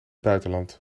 buitenland